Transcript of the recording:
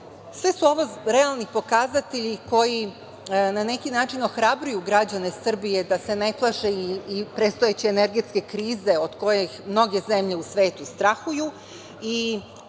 su ovo realni pokazatelji koji na neki način ohrabruju građane Srbije da se ne plaše i predstojeće energetske krize od koje mnoge zemlje u svetu strahuju